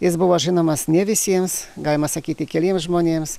jis buvo žinomas ne visiems galima sakyti keliem žmonėms